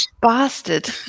bastard